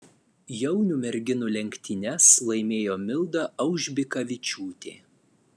jaunių merginų lenktynes laimėjo milda aužbikavičiūtė